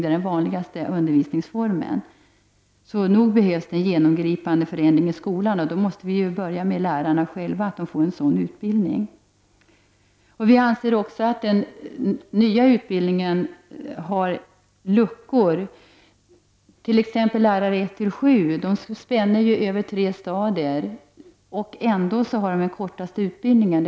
Det är den vanligaste undervisningsformen. Så nog behövs det en genomgripande förändring i skolan, och då måste man börja med lärarna och ge dem adekvat utbildning. Vi anser också att den nya utbildningen har luckor. Lärarutbildning 1-7 spänner ju över tre stadier. Ändå är det den kortaste utbildningen.